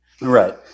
Right